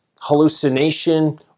hallucination